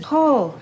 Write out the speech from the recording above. Paul